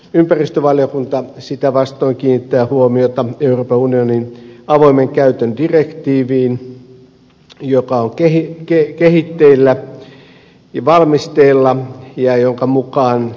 ympäristövaliokunta sitä vastoin kiinnittää huomiota euroopan unionin avoimen käytön direktiiviin joka on kehitteillä ja valmisteilla ja jonka mukaan